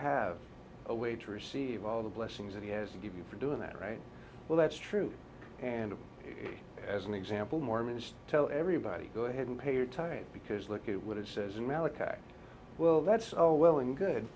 have a way to receive all the blessings that he has to give you for doing that right well that's true and it as an example mormons tell everybody go ahead and pay your time because look it what it says well that's all well and good